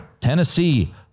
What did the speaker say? Tennessee